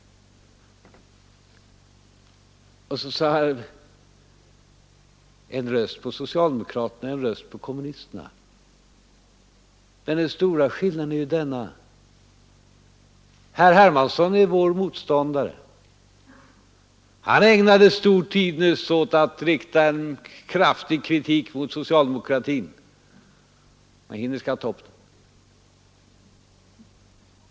Och så säger han: En röst på socialdemokraterna är en röst på kommunisterna. Men den stora skillnaden är att herr Hermansson är vår motståndare. Han ägnade nyss lång tid åt att rikta en kraftig kritik mot socialdemokratin om jag hinner skall jag ta upp den.